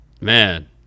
Man